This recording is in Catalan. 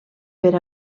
per